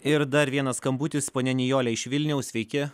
ir dar vienas skambutis ponia nijolė iš vilniaus sveiki